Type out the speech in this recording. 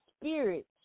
spirit